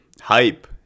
hype